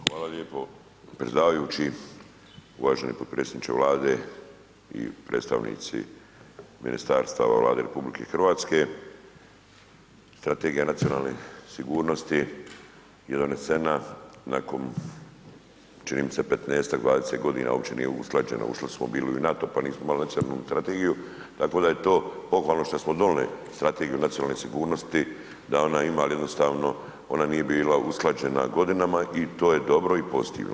Hvala lijepo predsjedavajući, uvaženi potpredsjedniče Vlade i predstavnici ministarstava Vlade RH strategija nacionalne sigurnosti je, je donesena nakon, čini mi se 15-tak, 20.g. uopće nije usklađena, ušli smo bili i u NATO, pa nismo imali nacionalu strategiju, tako da je to pohvalno šta smo donijeli strategiju nacionalne sigurnosti, da ona ima, al jednostavno ona nije bila usklađena godinama i to je dobro i pozitivno.